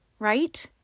right